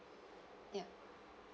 yup